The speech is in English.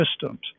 systems